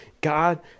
God